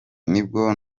nibwo